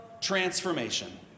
transformation